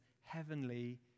heavenly